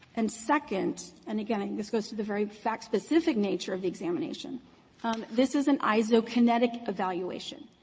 and second and, again, i think this goes to the very fact-specific nature of the examination this is an isokinetic evaluation.